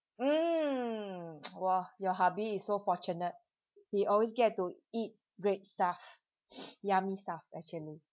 mm !wah! your hubby is so fortunate he always get to eat great staff yummy stuff actually